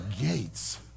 gates